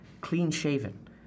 clean-shaven